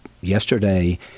yesterday